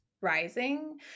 rising